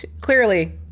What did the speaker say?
Clearly